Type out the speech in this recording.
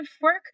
Work